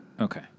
Okay